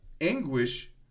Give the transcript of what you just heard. anguish